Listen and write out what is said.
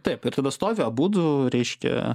taip ir tada stovi abudu reiškia